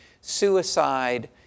suicide